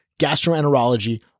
gastroenterology